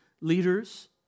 leaders